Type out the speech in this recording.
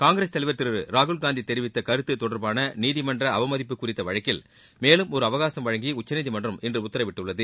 காங்கிரஸ் தலைவர் திரு ராகுல்காந்தி தெரிவித்த கருத்து தொடர்பான நீதிமன்ற அவமதிப்பு குறித்த வழக்கில் மேலும் ஒரு அவகாசம் வழங்கி உச்சநீதிமன்றம் இன்று உத்தரவிட்டுள்ளது